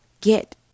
get